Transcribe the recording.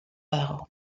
dago